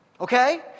Okay